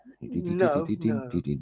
No